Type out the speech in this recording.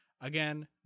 Again